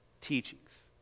teachings